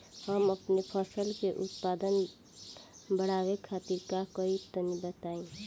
हम अपने फसल के उत्पादन बड़ावे खातिर का करी टनी बताई?